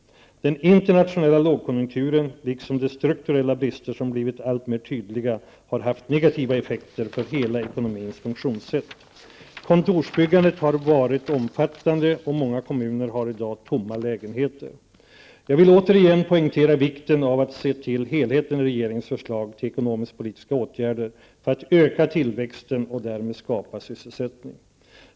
Den internationella lågkonjunkturen, liksom de strukturella brister som blivit alltmer tydliga, har haft negativa effekter för hela ekonomins funktionssätt. Kontorsbyggandet har varit omfattande och många kommuner har i dag tomma lägenheter. Jag vill återigen poängtera vikten av att se till helheten i regeringens förslag till ekonomiskpolitiska åtgärder för att öka tillväxten och därmed skapa sysselsättning.